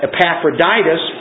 Epaphroditus